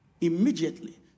immediately